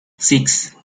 six